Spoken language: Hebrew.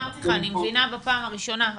אני מבינה בפעם הראשונה.